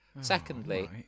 secondly